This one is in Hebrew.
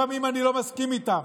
גם אם אני לא מסכים איתם.